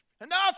Enough